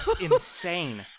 insane